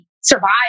survive